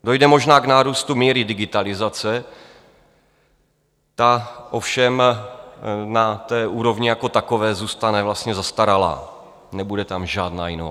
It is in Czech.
Dojde možná k nárůstu míry digitalizace, ta ovšem na té úrovni jako takové zůstane vlastně zastaralá, nebude tam žádná inovace.